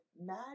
Mad